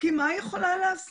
כי מה היא יכולה לעשות?